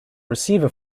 receiver